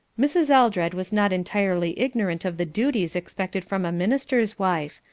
mrs. eldred was not entirely ignorant of the duties expected from a minister's wife,